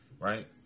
right